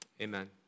Amen